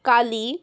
काली